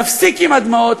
נפסיק עם הדמעות,